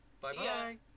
Bye-bye